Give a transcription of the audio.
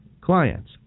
clients